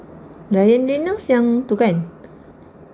ryan reynolds yang tu kan